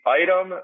item